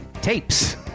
tapes